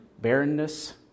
barrenness